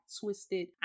twisted